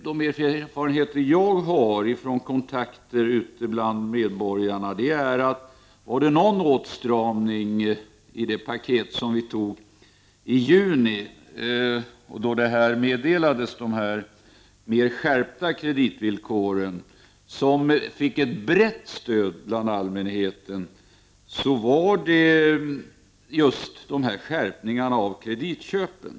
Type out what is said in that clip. De erfarenheter som jag har från kontakter ute bland medborgarna är att den åtgärd i det paket som antogs i juni, då de här skärpta kreditvillkoren meddelades, som fick ett brett stöd bland allmänheten var just skärpningarna av kreditköpen.